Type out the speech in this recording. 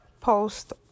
post